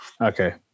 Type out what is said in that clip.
Okay